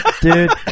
dude